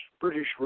British